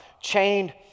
chained